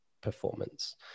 performance